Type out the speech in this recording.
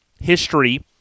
history